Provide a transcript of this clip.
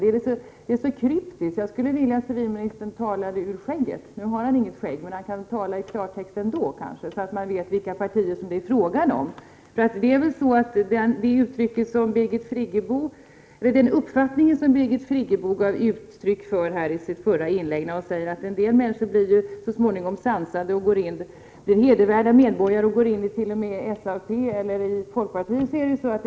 Det är kryptiskt. Jag skulle vilja att civilministern talade ur skägget. Nu har han inget skägg, men han kan tala i klartext ändå, så att man vet vilka partier det är frågan om. Birgit Friggebo gav uttryck för uppfattningen att en del människor så småningom blir sansade, blir hedervärda medborgare och går ini t.o.m. SAP eller folkpartiet.